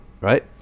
right